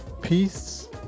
Peace